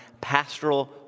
pastoral